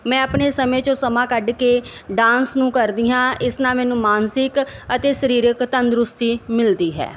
ਮੈਂ ਆਪਣੇ ਸਮੇਂ 'ਚੋਂ ਸਮਾਂ ਕੱਢ ਕੇ ਡਾਂਸ ਨੂੰ ਕਰਦੀ ਹਾਂ ਇਸ ਨਾਲ ਮੈਨੂੰ ਮਾਨਸਿਕ ਅਤੇ ਸਰੀਰਕ ਤੰਦਰੁਸਤੀ ਮਿਲਦੀ ਹੈ